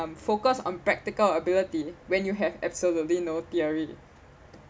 focus on practical ability when you have absolutely no theory